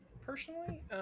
personally